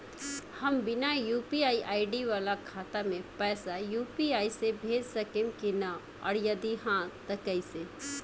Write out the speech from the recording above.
हम बिना यू.पी.आई वाला खाता मे पैसा यू.पी.आई से भेज सकेम की ना और जदि हाँ त कईसे?